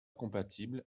compatible